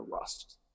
rust